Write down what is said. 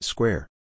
Square